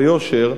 ביושר,